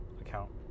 account